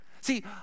See